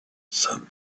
said